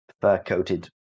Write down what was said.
fur-coated